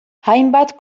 hainbat